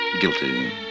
guilty